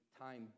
time